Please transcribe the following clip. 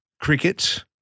cricket